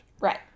Right